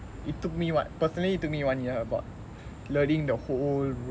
it took me what personally it took me one year about learning the whole room